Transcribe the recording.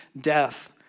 death